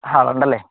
ആ ഉണ്ടല്ലേ